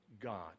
God